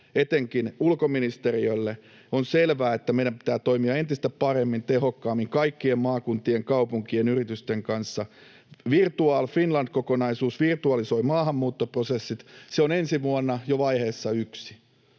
etenkin ulkoministeriölle. On selvää, että meidän pitää toimia entistä paremmin, tehokkaammin kaikkien maakuntien, kaupunkien ja yritysten kanssa. Virtual Finland -kokonaisuus virtualisoi maahanmuuttoprosessit. Se on ensi vuonna jo vaiheessa yksi,